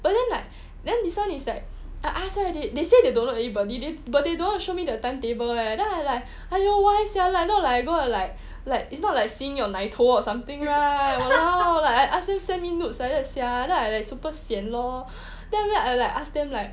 but then like then this [one] is like I ask her already they say they don't know anybody but they don't want to show me the timetable leh then I like !aiyo! why sia not like I'm gonna like it's not like seeing your 奶头 or something right I don't know like I ask them send me nudes like that sia then I like super sian lor then after that like I ask them like